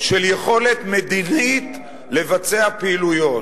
של יכולת מדינית לבצע פעילויות.